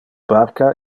barca